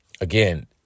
Again